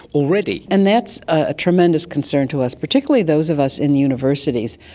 already. and that's a tremendous concern to us, particularly those of us in universities.